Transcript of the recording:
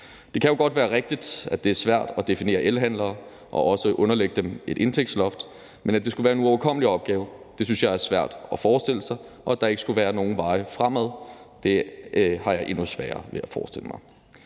Det kan jo godt være rigtigt, at det er svært at definere elhandlere og også underlægge dem et indtægtsloft, men at det skulle være en uoverkommelig opgave, synes jeg er svært at forestille sig, og at der ikke skulle være nogen veje fremad, har jeg endnu sværere ved at forestille mig.